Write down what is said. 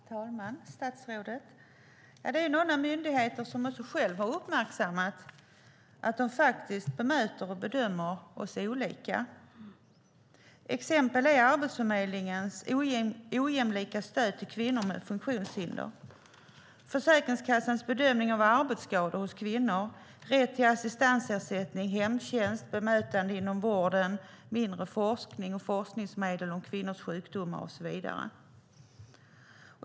Herr talman! Statsrådet! Det är några myndigheter som själva har uppmärksammat att de faktiskt bemöter och bedömer oss olika. Det handlar om Arbetsförmedlingens ojämlika stöd till kvinnor med funktionshinder, Försäkringskassans bedömning av arbetsskador hos kvinnor, rätt till assistansersättning, hemtjänst, bemötande inom vården, mindre forskning och forskningsmedel om kvinnors sjukdomar och så vidare.